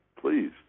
please